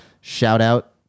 Shout-out